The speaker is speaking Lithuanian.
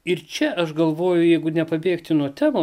ir čia aš galvoju jeigu nepabėgti nuo temos